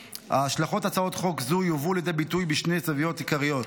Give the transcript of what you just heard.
השלכות הצעת חוק זו יבואו לידי ביטוי בשתי זוויות עיקריות: